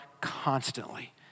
constantly